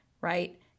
right